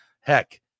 Heck